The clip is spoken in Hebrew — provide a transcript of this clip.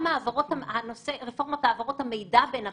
גם רפורמות העברות המידע בין הבנקים,